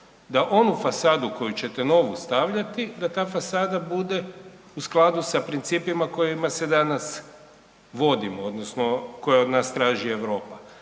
da onu fasadu koju ćete novu stavljati, da ta fasada bude u skladu sa principa kojima se danas vodimo odnosno koje od nas traži Europa,